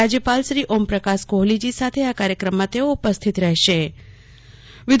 રાજયપાલશ્રી Omprakash Kohli સાથે આ કાર્યક્રમમાં ઉપસ્થિત રહે શે